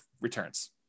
returns